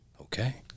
okay